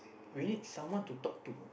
we need someone to talk to